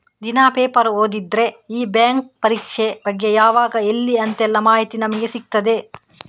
ದಿನಾ ಪೇಪರ್ ಓದಿದ್ರೆ ಈ ಬ್ಯಾಂಕ್ ಪರೀಕ್ಷೆ ಬಗ್ಗೆ ಯಾವಾಗ ಎಲ್ಲಿ ಅಂತೆಲ್ಲ ಮಾಹಿತಿ ನಮ್ಗೆ ಸಿಗ್ತದೆ